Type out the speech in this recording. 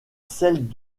celles